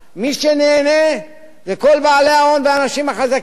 מי שנהנה זה כל בעלי ההון והאנשים החזקים,